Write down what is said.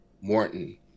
Morton